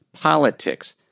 politics